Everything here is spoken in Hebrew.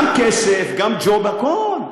גם כסף, גם ג'ובים, הכול,